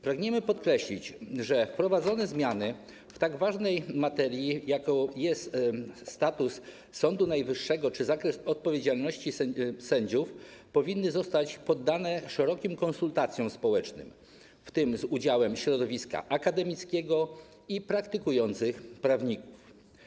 Pragniemy podkreślić, że wprowadzone zmiany w tak ważnej materii, jaką jest status Sądu Najwyższego czy zakres odpowiedzialności sędziów, powinny zostać poddane szerokim konsultacjom społecznym, w tym z udziałem środowiska akademickiego i praktykujących prawników.